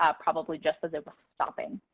ah probably just as it was stopping.